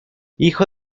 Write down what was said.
hijo